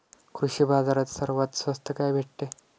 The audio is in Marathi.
कृषी बाजारात सर्वात स्वस्त काय भेटते?